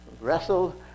wrestled